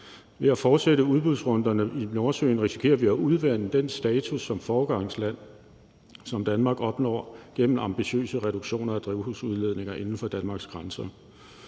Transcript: Ved at fortsætte udbudsrunderne i Nordsøen risikerer vi at udvande den status som foregangsland, som Danmark opnår gennem ambitiøse reduktioner af drivhusgasudledninger inden for Danmarks grænser.«